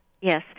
Yes